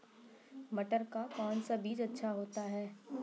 मटर का कौन सा बीज अच्छा होता हैं?